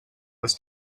was